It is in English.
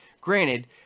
Granted